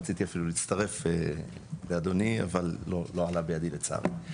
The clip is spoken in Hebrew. רציתי להצטרף לאדוני אבל לא עלה בידי לצערי,